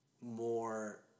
more